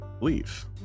leave